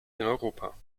europa